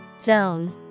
Zone